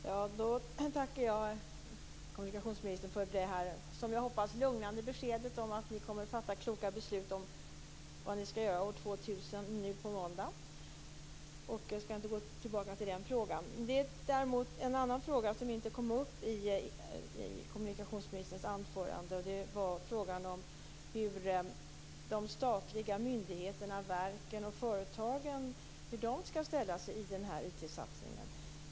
Herr talman! Jag tackar kommunikationsministern för det som jag hoppas lugnande beskedet att ni kommer att fatta kloka beslut om vad ni skall göra år 2000 nu på måndag. Jag skall inte återkomma till den frågan. En annan fråga som däremot inte berördes i kommunikationsministerns anförande var frågan om hur de statliga myndigheterna, verken och företagen skall ställa sig till IT-satsningen.